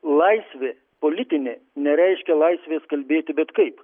laisvė politinė nereiškia laisvės kalbėti bet kaip